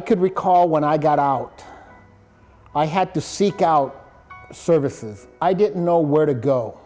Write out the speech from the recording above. could recall when i got out i had to seek out services i didn't know where to go